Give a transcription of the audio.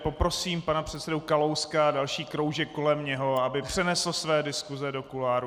Poprosím pana předsedu Kalouska a kroužek kolem něho, aby přenesl své diskuse do kuloárů.